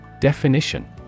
Definition